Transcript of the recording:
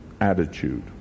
attitude